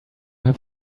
have